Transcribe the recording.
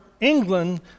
England